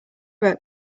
wrote